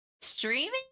Streaming